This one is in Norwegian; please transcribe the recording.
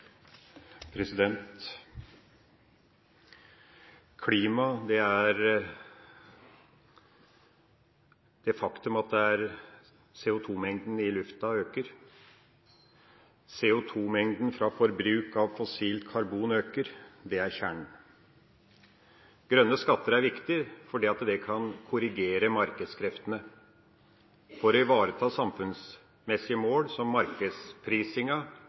Klima: Det er et faktum at CO2-mengden i lufta øker. CO2-mengden fra forbruk av fossilt karbon øker. Det er kjernen. Grønne skatter er viktig, fordi det kan korrigere markedskreftene til å ivareta samfunnsmessige mål som